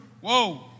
Whoa